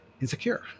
insecure